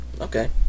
Okay